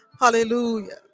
Hallelujah